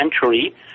century